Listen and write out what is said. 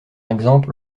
exemple